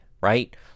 right